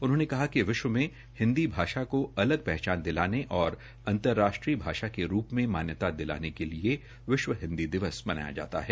उन्होंने कहा कि विश्व में हिन्दी भाषा को अलग पहचान दिलाने और अंतर्राष्ट्रीय भाषा के रूप में मान्यता दिलाने के लिए विश्व हिन्दी दिवस को मनाया जाता है